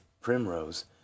primrose